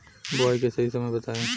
बुआई के सही समय बताई?